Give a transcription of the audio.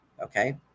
Okay